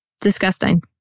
Disgusting